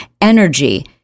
energy